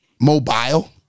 mobile